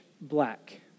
black